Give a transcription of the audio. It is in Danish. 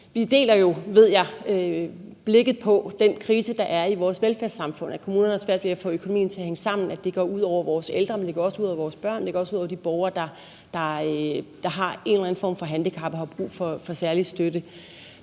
at vi jo, ved jeg, deler blikket på den krise, der er i vores velfærdssamfund, hvor kommunerne har svært ved at få økonomien til at hænge sammen, hvor det går ud over vores ældre, men det også går ud over vores børn, og det går også ud over de borgere, der har en eller anden form for handicap og har brug for særlig støtte.